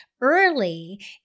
early